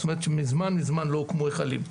זאת אומרת, מזמן מזמן לא הוקמו היכלים.